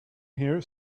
here